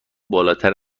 بالاتر